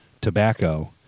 tobacco